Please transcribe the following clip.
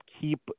Keep